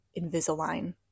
Invisalign